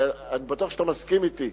ואני בטוח שאתה מסכים אתי,